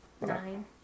Nine